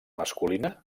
masculina